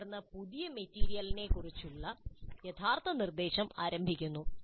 തുടർന്ന് പുതിയ മെറ്റീരിയലിനെക്കുറിച്ചുള്ള യഥാർത്ഥ നിർദ്ദേശം ആരംഭിക്കുന്നു